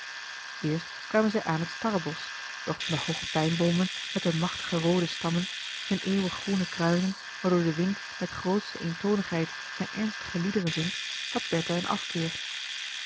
eerst kwamen zij aan het starrebosch doch van de hooge pijnboomen met hun machtige roode stammen hun eeuwig groene kruinen waardoor de wind met grootsche eentonigheid zijn ernstige liederen zingt had bertha een afkeer